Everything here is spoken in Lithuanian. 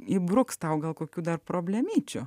įbruks tau gal kokių dar problemyčių